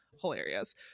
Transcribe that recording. Hilarious